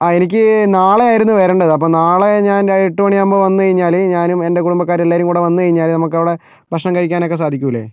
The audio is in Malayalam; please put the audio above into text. ആ എനിക്ക് നാളെ ആയിരുന്നു വരേണ്ടത് അപ്പോൾ നാളെ ഞാൻ എട്ടു മണിയാകുമ്പോൾ വന്ന് കഴിഞ്ഞാൽ ഞാനും എൻ്റെ കുടുംബക്കാരും എല്ലാവരും കൂടി വന്ന് കഴിഞ്ഞാൽ നമുക്കവിടെ ഭക്ഷണം കഴിക്കാനൊക്കെ സാധിക്കില്ലേ